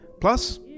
Plus